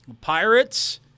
Pirates